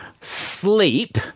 sleep